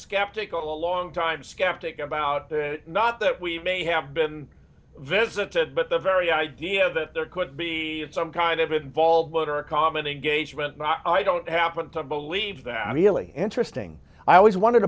skeptic a long time skeptic about not that we may have been visited but the very idea that there could be some kind of involvement or a common engagement not i don't happen to believe that really interesting i always wondered